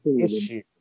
issue